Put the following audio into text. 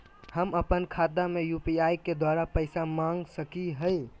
हम अपन खाता में यू.पी.आई के द्वारा पैसा मांग सकई हई?